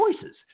choices